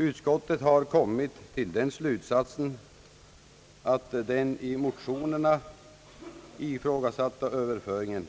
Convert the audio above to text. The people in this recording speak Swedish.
Utskottet har kommit till den slutsatsen att den i motionerna ifrågasatta Ööverföringen